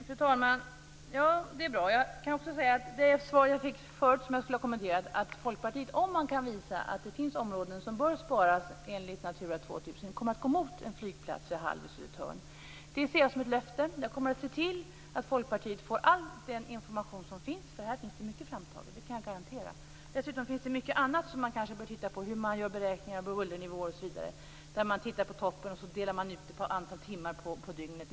Fru talman! Det är bra. Jag skulle ha kommenterat det svar jag fick förut. Att Folkpartiet, om man kan visa att det finns områden som bör sparas enligt Natura 2000, kommer att gå emot en flygplats vid Hall och Södertörn ser jag som ett löfte. Jag kommer att se till att Folkpartiet får all den information som finns, för här finns det mycket framtaget. Det kan jag garantera. Dessutom finns det mycket annat som vi kanske bör titta på: hur man gör beräkningar av bullernivåer, osv. Man tittar på toppen, och så slår man ut det på antalet timmar på dygnet.